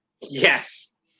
Yes